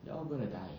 they're all gonna die